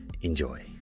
Enjoy